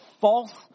false